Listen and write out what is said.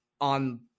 on